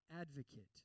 advocate